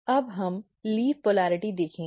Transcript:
अब हम पत्ती पोलिरटी देखेंगे